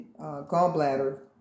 gallbladder